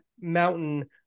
mountain